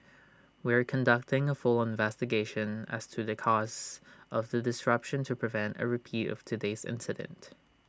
we are conducting A full investigation as to the cause of the disruption to prevent A repeat of today's incident